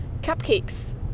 cupcakes